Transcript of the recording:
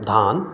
धान